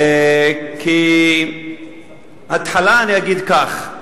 כי ההתחלה, אני אגיד כך: